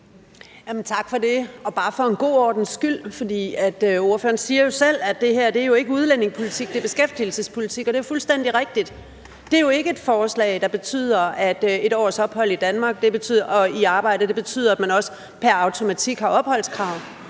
Tak for det. Bare for en god ordens skyld: Ordføreren siger selv, at det her jo ikke er udlændingepolitik, det er beskæftigelsespolitik, og det er fuldstændig rigtigt. Det er ikke et forslag, der betyder, at 1 års ophold i Danmark, hvor man er i arbejde, betyder, at man også per automatik har opholdskrav.